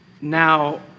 Now